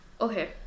Okay